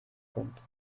kommt